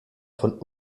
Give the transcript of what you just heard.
von